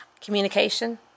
Communication